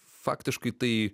faktiškai tai